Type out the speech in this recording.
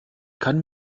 kann